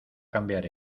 cambiar